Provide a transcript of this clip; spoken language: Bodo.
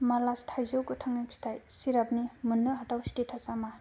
मालास थाइजौ गोथांनि फिथाइ सिराप नि मोननो हाथाव स्टेटासा मा